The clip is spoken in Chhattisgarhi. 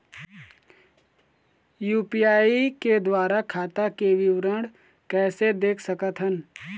यू.पी.आई के द्वारा खाता के विवरण कैसे देख सकत हन?